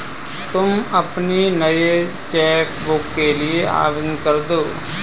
तुम अपनी नई चेक बुक के लिए आवेदन करदो